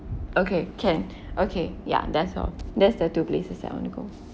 okay can okay yeah that's all that's the two places that I want to go